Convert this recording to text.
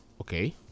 Okay